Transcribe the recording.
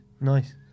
nice